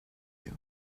you